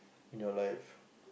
in your life